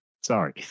Sorry